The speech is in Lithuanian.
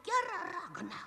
gera ragana